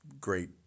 great